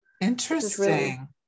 Interesting